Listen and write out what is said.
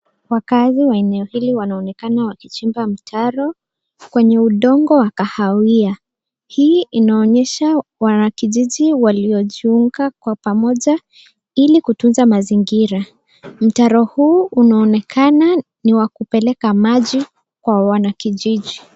Wakaazi wa eneo hili wanaonekana wakichimba mtaro kwenye udongo wa kahawia, hii inaonyesha wanakijiji waliojiunga kwa pamoja ili kutunza mazingira. Mtaro huu unaonekana ni wa kupeleka maji kwa wanakijiji.